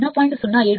074 ను 0